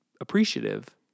appreciative